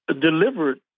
delivered